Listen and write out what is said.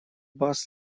бас